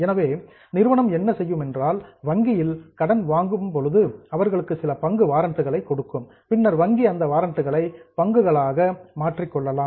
எனவே நிறுவனம் என்ன செய்யும் என்றால் வங்கியில் கடன் வாங்கும் பொழுது அவர்களுக்கு சில பங்கு வாரன்ட்களை கொடுக்கும் பின்னர் வங்கி அந்த வாரன்ட்களை பங்குகளாக கன்வர்ட் மாற்றிக்கொள்ளலாம்